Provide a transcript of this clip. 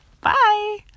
bye